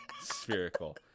spherical